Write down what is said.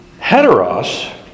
Heteros